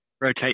rotate